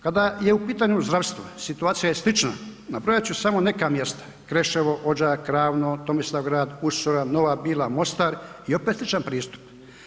Kada je u pitanju zdravstvo, situacija je slična nabrojat ću samo neka mjesta Kreševo, Odžak, Ravno, Tomislavgrad, Usora, Nova Bila, Mostar i …/nerazumljivo/… pristup.